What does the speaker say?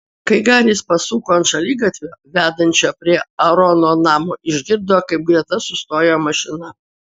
kai baris pasuko ant šaligatvio vedančio prie aarono namo išgirdo kaip greta sustojo mašina